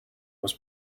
was